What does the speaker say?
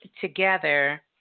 together